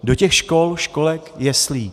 Do těch škol, školek, jeslí.